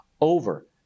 over